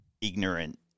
ignorant